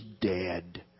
dead